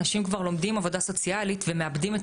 אנשים כבר לומדים עבודה סוציאלית ומאבדים את